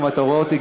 אם אתה רואה אותי,